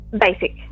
Basic